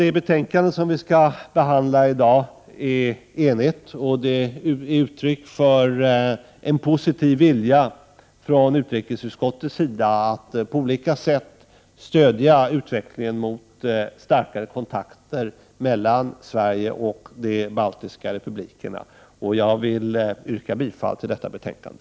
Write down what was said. Det betänkande som vi behandlar i dag är ett uttryck för en positiv vilja hos ett enigt utrikesutskottet att på olika sätt stödja utvecklingen mot starkare kontakter mellan Sverige och de baltiska republikerna, och jag vill yrka bifall till hemställan i detta betänkande.